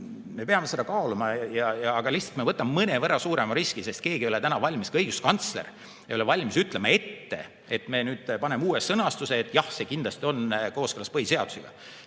me peame seda kaaluma. Aga lihtsalt, me võtame mõnevõrra suurema riski, sest keegi ei ole täna valmis, ka õiguskantsler ei ole valmis, ütlema ette, et kui me nüüd paneme uue sõnastuse, siis jah, see kindlasti on kooskõlas põhiseadusega.